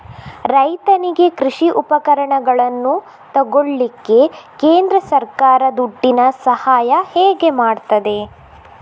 ರೈತನಿಗೆ ಕೃಷಿ ಉಪಕರಣಗಳನ್ನು ತೆಗೊಳ್ಳಿಕ್ಕೆ ಕೇಂದ್ರ ಸರ್ಕಾರ ದುಡ್ಡಿನ ಸಹಾಯ ಹೇಗೆ ಮಾಡ್ತದೆ?